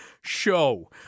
show